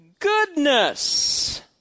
goodness